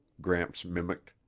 gramps mimicked.